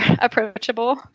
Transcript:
approachable